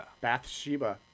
Bathsheba